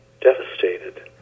devastated